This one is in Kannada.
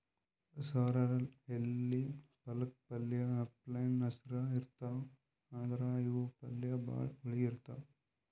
ಸೊರ್ರೆಲ್ ಎಲಿ ಪಾಲಕ್ ಪಲ್ಯ ಅಪ್ಲೆನೇ ಹಸ್ರ್ ಇರ್ತವ್ ಆದ್ರ್ ಇವ್ ಪಲ್ಯ ಭಾಳ್ ಹುಳಿ ಇರ್ತವ್